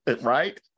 Right